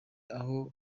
aho